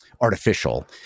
artificial